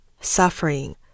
suffering